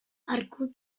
arku